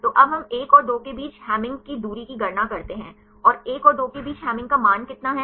तो अब हम 1 और 2 के बीच हैमिंग की दूरी की गणना करते हैं 1 और 2 के बीच हैमिंग का मान कितना है